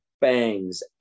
bangs